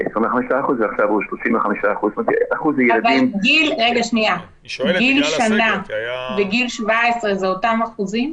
ועכשיו הוא 35%. גיל שנה וגיל 17 שנים זה אותם אחוזים?